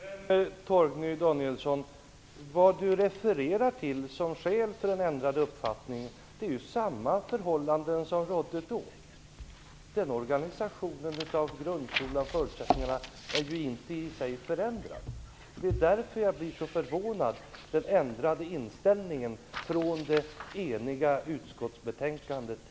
Herr talman! Men det som Torgny Danielsson refererar till som skäl för den ändrade uppfattningen är ju samma förhållanden som rådde tidigare. Organisationen av grundskolan är ju inte i sig förändrad. Förutsättningarna har alltså inte ändrats. Det är därför jag blir så förvånad över att ni har ändrat er från det tidigare eniga utskottsbetänkandet.